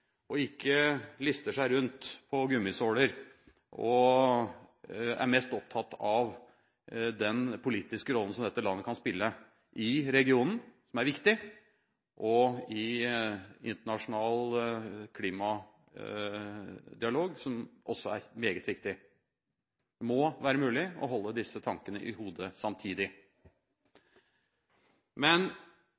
og ikke lister seg rundt på gummisåler og er mest opptatt av den politiske rollen som dette landet kan spille i regionen, som er viktig, og i internasjonal klimadialog, som også er meget viktig. Det må være mulig å ha disse tankene i hodet samtidig.